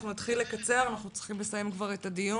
אנחנו נתחיל לקצר, אנחנו צריכים לסיים את הדיון.